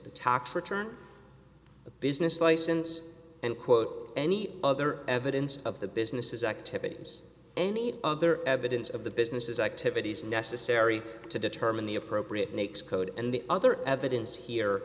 the tax return a business license and quote any other evidence of the business activities any other evidence of the business activities necessary to determine the appropriate next code and the other evidence here